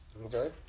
Okay